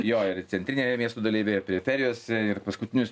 jo ir centrinėje miesto daly bei jo periferijose ir paskutinius